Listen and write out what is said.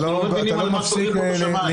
אנחנו לא מבינים על מה סוגרים פה את השמיים.